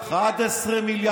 חס ושלום.